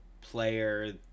player